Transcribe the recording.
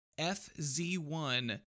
FZ1